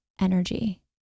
energy